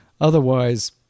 Otherwise